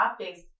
topics